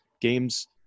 Games